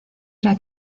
era